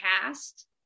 cast